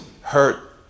hurt